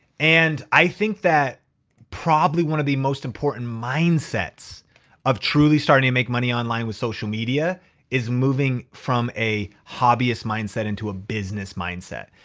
and i think that probably one of the most important mindsets of truly starting to make money online with social media is moving from a hobbyist mindset into a business mindset.